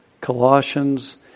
Colossians